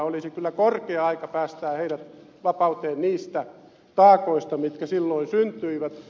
olisi kyllä korkea aika päästää heidät vapauteen niistä taakoista mitkä silloin syntyivät